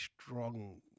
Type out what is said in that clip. strong